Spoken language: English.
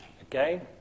again